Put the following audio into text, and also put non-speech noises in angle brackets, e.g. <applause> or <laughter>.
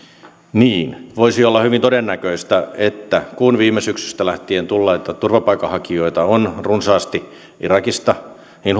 niin voisi olla hyvin todennäköistä että kun viime syksystä lähtien tulleita turvapaikanhakijoita on runsaasti irakista niin <unintelligible>